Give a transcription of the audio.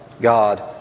God